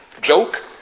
joke